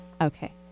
Okay